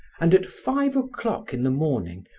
and at five o'clock in the morning,